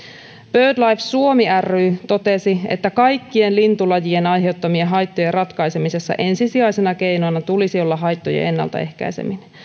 birdlife suomi ry totesi että kaikkien lintulajien aiheuttamien haittojen ratkaisemisessa ensisijaisena keinona tulisi olla haittojen ennaltaehkäiseminen